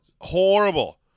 Horrible